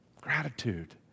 Gratitude